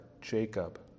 Jacob